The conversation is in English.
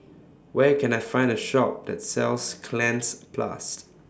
Where Can I Find A Shop that sells Cleanz Plus